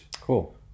Cool